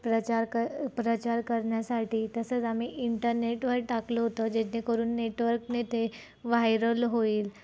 प्रचार क प्रचार करण्यासाठी तसंच आम्ही इंटरनेटवर टाकलं होतं जेणेकरून नेटवर्कने ते व्हायरल होईल